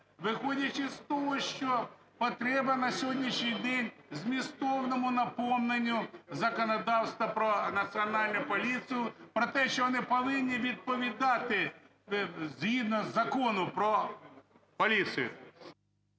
виходячи з того, що потреба на сьогоднішній день в змістовному наповненні законодавства про Національну поліцію, про те, що вони повинні відповідати згідно Закону про поліцію.